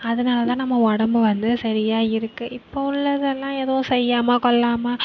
அதனால் தான் நம்ம உடம்பு வந்து சரியாக இருக்குது இப்போது உள்ளதெல்லாம் எதுவும் செய்யாமல் கொள்ளாமல்